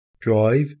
drive